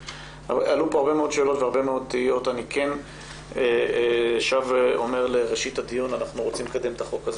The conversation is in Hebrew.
אני שב ואומר שאנחנו רוצים לקדם את החוק הזה